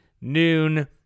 noon